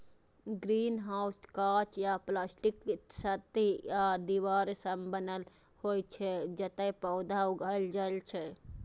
greenhouse कांच या प्लास्टिकक छत आ दीवार सं बनल होइ छै, जतय पौधा उगायल जाइ छै